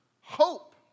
hope